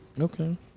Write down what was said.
Okay